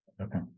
Okay